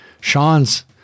Sean's